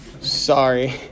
Sorry